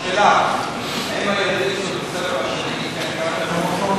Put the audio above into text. שאלה: האם הילדים של בית-הספר השני כן גרים במקום?